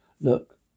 look